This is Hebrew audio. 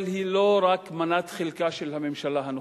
היא לא רק מנת חלקה של הממשלה הנוכחית.